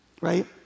right